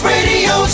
Radio